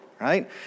right